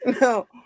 no